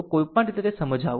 તો કોઈપણ રીતે તે સમજાવું